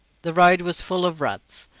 the road was full of ruts,